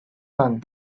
sun